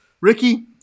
Ricky